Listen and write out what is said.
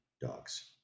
dogs